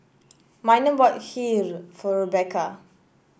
Miner bought Kheer for Rebekah